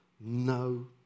No